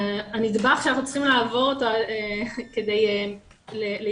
כרגע הנדבך שאנחנו צריכים לעבור אותו כדי להתקדם